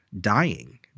dying